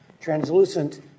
Translucent